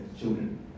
children